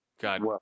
God